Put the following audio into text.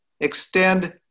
Extend